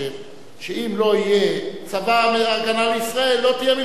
שאם לא יהיה צבא-הגנה לישראל לא תהיה מלחמה.